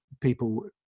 people